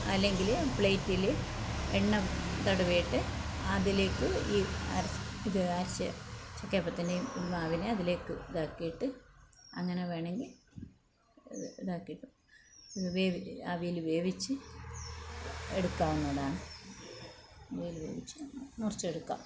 അല്ലെങ്കിൽ പ്ലേറ്റിൽ എണ്ണ തടവിയിട്ട് അതിലേക്ക് ഈ അരച്ച് ഇത് അരച്ച ചക്കയപ്പത്തിൻ്റെ ഈ മാവിനെ അതിലേക്ക് ഇതാക്കിയിട്ട് അങ്ങനെ വേണമെങ്കിൽ ഇതാക്കിയിട്ട് ആവിയിൽ വേവിച്ച് എടുക്കാവുന്നതാണ് ഇങ്ങനെ വേവിച്ച് മുറിച്ചെടുക്കാം